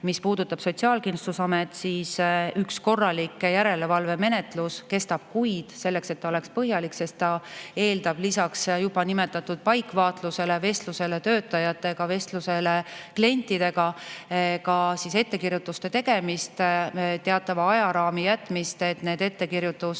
Mis puudutab Sotsiaalkindlustusametit, siis üks korralik järelevalvemenetlus kestab kuid, selleks et ta oleks põhjalik. See eeldab lisaks juba nimetatud paikvaatlusele, vestlusele töötajatega, vestlusele klientidega ka ettekirjutuste tegemist ja teatava ajaraami jätmist, et need ettekirjutused